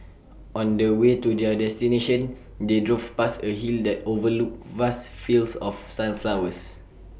on the way to their destination they drove past A hill that overlooked vast fields of sunflowers